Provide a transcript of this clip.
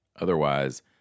Otherwise